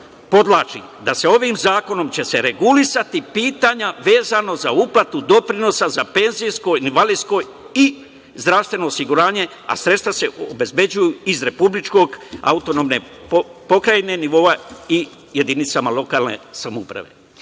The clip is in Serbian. podvlačim, da će se ovim zakonom regulisati pitanja vezana za uplatu doprinosa za penzijsko i invalidsko i zdravstveno osiguranje, a sredstva se obezbeđuju iz republičkog, nivoa autonomne pokrajine i jedinicama lokalne samouprave. Idemo